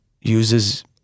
uses